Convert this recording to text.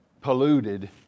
polluted